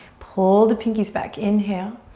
pull the pinkies back. inhale.